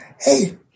hey